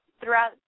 throughout